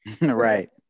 Right